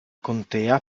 contea